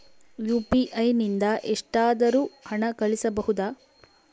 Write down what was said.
UPI ನಿಂದ ಎಷ್ಟಾದರೂ ಹಣ ಕಳಿಸಬಹುದಾ?